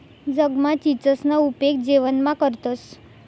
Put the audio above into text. जगमा चीचसना उपेग जेवणमा करतंस